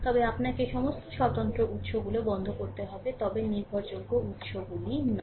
তবে আপনাকে সমস্ত স্বতন্ত্র উৎসগুলো বন্ধ করতে হবে তবে নির্ভরযোগ্য উৎসগুলি নয়